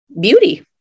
beauty